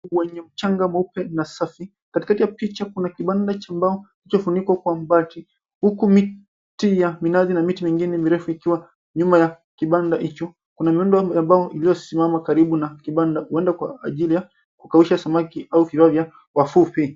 Wenye mchanga mweupe na safi. Katikati ya picha kuna kibanda cha mbao kilichofunikwa kwa mabati, huku miti ya minazi na miti mingine mirefu ikiwa nyuma ya kibanda hicho. Kuna miundo ya mbao iliyosimama karibu na kibanda huenda kwa ajili ya kukausha samaki au vifaa vya wavuvi.